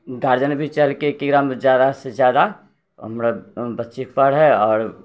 guardian भी चाहलकै कि एकरामे ज्यादासँ ज्यादा हमरा बच्ची पढ़ै आओर